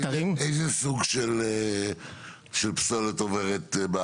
איזה סוג של פסולת עוברת?